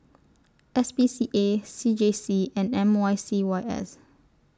S P C A C J C and M Y C Y S